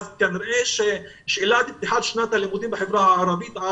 כנראה שפתיחת שנת הלימודים בחברה הערבית,